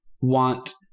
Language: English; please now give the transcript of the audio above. want